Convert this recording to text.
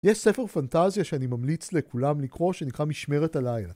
יש ספר פנטזיה שאני ממליץ לכולם לקרוא, שנקרא משמרת הלילה